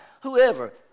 whoever